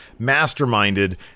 masterminded